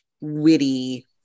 witty